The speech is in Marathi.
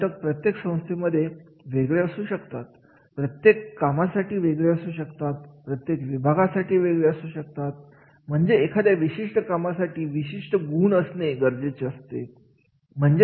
हे घटक प्रत्येक संस्थेमध्ये वेगळी असू शकतात प्रत्येक कामासाठी वेगळे असू शकतात प्रत्येक विभागासाठी वेगळे असू शकतात म्हणजेच एखाद्या विशिष्ट कामासाठी विशिष्ट गुण असणे गरजेचे असते